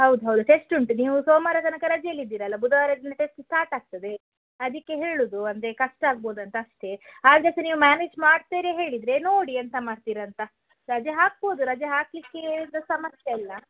ಹೌದು ಹೌದು ಟೆಸ್ಟ್ ಉಂಟು ನೀವು ಸೋಮಾರ ತನಕ ರಜೆಯಲ್ಲಿ ಇದ್ದೀರಲ್ಲ ಬುಧವಾರದಿಂದ ಟೆಸ್ಟ್ ಸ್ಟಾರ್ಟ್ ಆಗ್ತದೆ ಅದಕ್ಕೆ ಹೇಳುವುದು ಅಂದರೆ ಕಷ್ಟ ಆಗ್ಬೋದು ಅಂತ ಅಷ್ಟೆ ಆಗ ಸಹ ನೀವು ಮ್ಯಾನೇಜ್ ಮಾಡ್ತೀರಿ ಹೇಳಿದರೆ ನೋಡಿ ಎಂತ ಮಾಡ್ತೀರಂತ ರಜೆ ಹಾಕ್ಬೋದು ರಜೆ ಹಾಕಲಿಕ್ಕೆ ಏನು ಸಮಸ್ಯೆಯಿಲ್ಲ